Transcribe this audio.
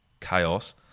chaos